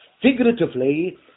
figuratively